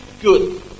good